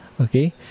Okay